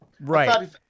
right